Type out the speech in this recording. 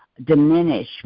diminish